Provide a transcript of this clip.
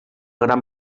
gran